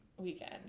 weekend